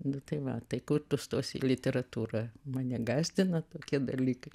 nu tai va tai kur tu stosi į literatūrą mane gąsdina tokie dalykai